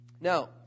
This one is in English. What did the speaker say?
Now